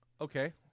Okay